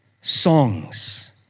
songs